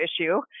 issue